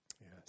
Yes